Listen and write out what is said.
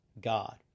God